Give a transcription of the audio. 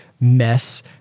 mess